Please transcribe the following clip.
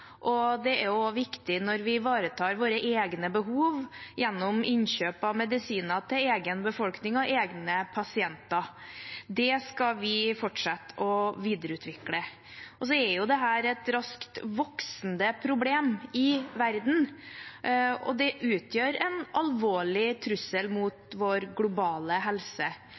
og det er også viktig når vi ivaretar våre egne behov gjennom innkjøp av medisiner til egen befolkning og egne pasienter. Det skal vi fortsette å videreutvikle. Dette er et raskt voksende problem i verden, og det utgjør en alvorlig trussel mot vår globale helse.